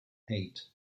eight